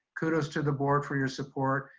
kudos to the board for your support.